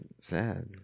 sad